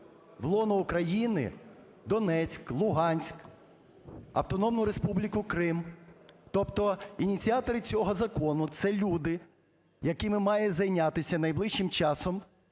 в лоно України Донецьк, Луганськ, Автономну Республіку Крим? Тобто ініціатори цього закону – це люди, якими має зайнятися найближчим часом